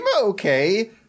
okay